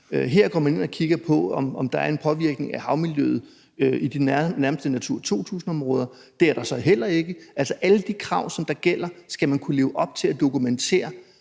man går ind og kigger på, om der er en påvirkning af havmiljøet i de nærmeste Natura 2000-områder, og det er der så heller ikke. Altså, alle de krav, som der gælder, skal man kunne leve op til og dokumentere,